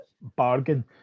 bargain